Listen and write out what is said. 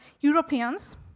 Europeans